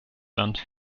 land